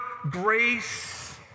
grace